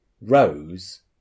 Rose